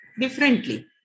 differently